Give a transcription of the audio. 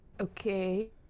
Okay